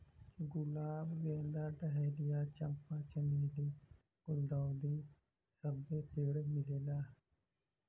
गुलाब गेंदा डहलिया चंपा चमेली गुल्दाउदी सबे पेड़ मिलेला